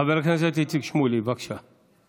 חבר הכנסת איציק שמולי, בבקשה,